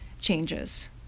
changes